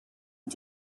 you